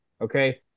Okay